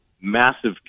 massive